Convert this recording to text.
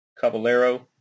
Caballero